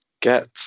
Get